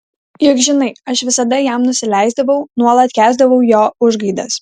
juk žinai aš visada jam nusileisdavau nuolat kęsdavau jo užgaidas